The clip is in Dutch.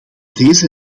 deze